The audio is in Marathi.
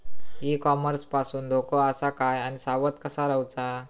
ई कॉमर्स पासून धोको आसा काय आणि सावध कसा रवाचा?